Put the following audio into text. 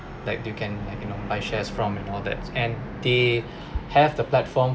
like you can buy you know buy shares from and all that and they have the platform